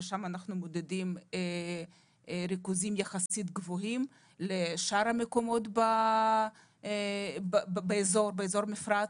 שם אנחנו מודדים ריכוזים יחסית גבוהים לשאר המקומות באזור המפרץ.